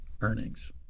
earnings